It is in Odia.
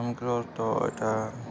ଇ'ଟା